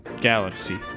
galaxy